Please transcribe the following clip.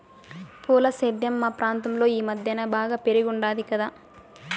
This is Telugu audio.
పూల సేద్యం మా ప్రాంతంలో ఈ మద్దెన బాగా పెరిగుండాది కదా